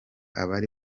abari